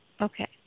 Okay